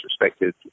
respected